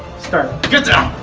sir get down